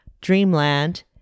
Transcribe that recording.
Dreamland